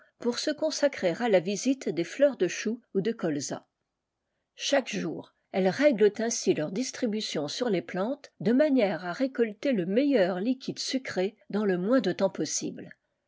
pour se consacrer h la visite des fleurs de chou ou de colza chaque jour elles règlent ainsi leur distri bution sur les plantes de manière à récolter le meilleur liquide sucré dans le moins de temps possible